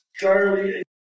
Charlie